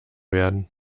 werden